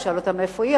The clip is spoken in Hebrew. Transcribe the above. הוא שאל אותה מאיפה היא,